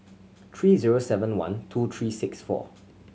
three zero seven one two three six four